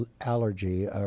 allergy